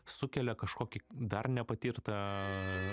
sukelia kažkokį dar nepatirtą